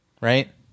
right